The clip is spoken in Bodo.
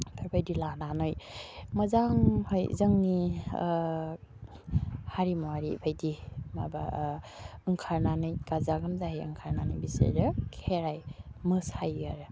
बेफोरबायदि लानानै मोजांहै जोंनि हारिमुवारि बायदि माबा ओंखारनानै गाजा गोमजाहै ओंखारनानै बिसोरो खेराइ मोसायो आरो